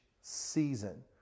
season